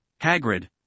Hagrid